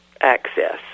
access